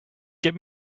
get